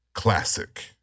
Classic